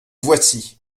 voici